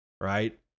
right